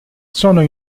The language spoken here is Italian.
sono